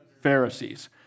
Pharisees